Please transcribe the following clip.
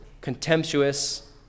contemptuous